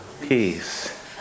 Peace